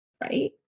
Right